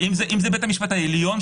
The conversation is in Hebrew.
אדוני היושב-ראש.